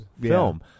film